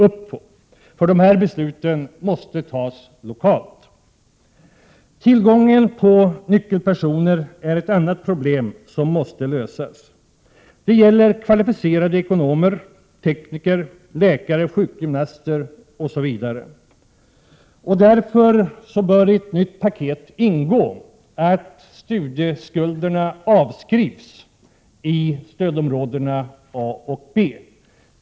Industrihusbesluten måste nämligen fattas lokalt. Tillgången på nyckelpersoner är ett annat problem som måste lösas. Det gäller kvalificerade ekonomer, tekniker, läkare, sjukgymnaster osv. Därför böri ett nytt paket ingå att studieskulderna avskrivs i stödområdena A och B.